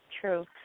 true